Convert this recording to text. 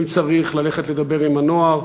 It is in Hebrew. אם צריך, ללכת לדבר עם הנוער.